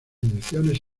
ediciones